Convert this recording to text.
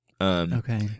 Okay